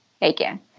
again